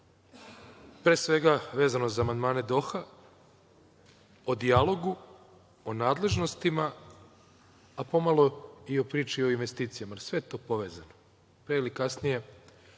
pre svega, vezano za amandmane Doha, o dijalogu, o nadležnostima, a pomalo i o priči o investicijama, jer sve je to povezano. Pre ili kasnije,